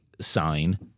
Sign